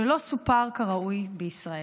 שלא סופר כראוי בישראל.